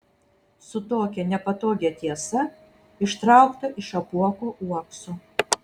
su tokia nepatogia tiesa ištraukta iš apuoko uokso